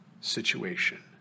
situation